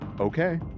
Okay